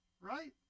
right